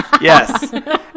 Yes